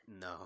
No